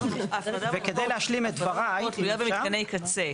ההפרדה במקור תלויה במתקני קצה.